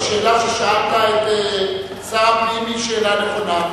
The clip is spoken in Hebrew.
השאלה ששאלת את שר הפנים היא שאלה נכונה.